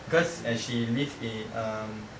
because and she live in um